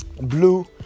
Blue